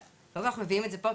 למה אנחנו מביאים את זה לפה?